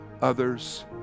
others